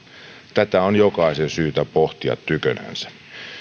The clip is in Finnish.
tätä on jokaisen syytä pohtia tykönänsä